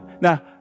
Now